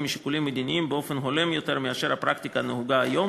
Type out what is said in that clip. משיקולים מדיניים באופן הולם יותר מאשר הפרקטיקה הנהוגה היום